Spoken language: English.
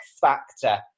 Factor